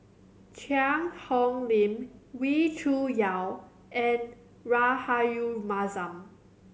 Cheang Hong Lim Wee Cho Yaw and Rahayu Mahzam